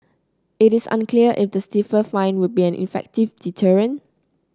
it is unclear if the stiffer fine would be an effective deterrent